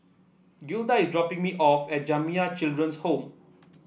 Gilda is dropping me off at Jamiyah Children's Home